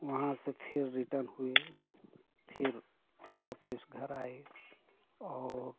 वहाँ से फिर रिटन हुए फिर वापस घर आए और